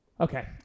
Okay